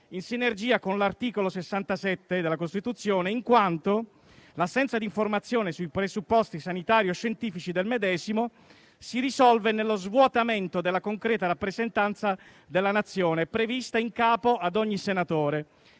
in sinergia con l'art. 67 Cost. in quanto l'assenza di informazione sui presupposti sanitario-scientifici del medesimo, si risolve nello svuotamento della concreta rappresentanza della Nazione prevista in capo ad ogni Senatore